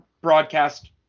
broadcast